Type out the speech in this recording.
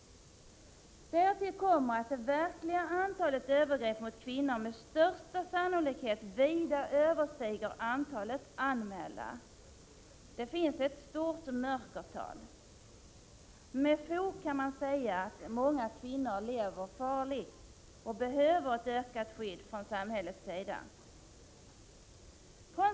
Därtill kommer att det verkliga antalet övergrepp mot kvinnor med största sannolikhet vida överstiger antalet anmälda. Det finns ett stort mörkertal. Med fog kan man säga att många kvinnor lever farligt och behöver ett ökat skydd från samhället.